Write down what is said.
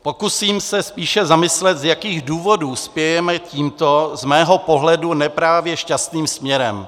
Pokusím se spíše zamyslet, z jakých důvodů spějeme tímto z mého pohledu ne právě šťastným směrem.